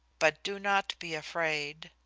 but do not be afraid.